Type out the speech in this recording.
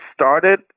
started